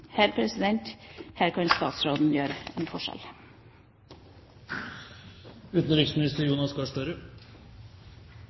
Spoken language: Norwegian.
Her kan utenriksministeren gjøre en